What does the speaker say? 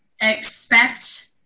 expect